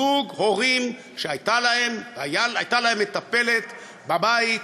זוג הורים שהייתה להם מטפלת בבית,